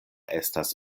estas